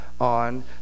on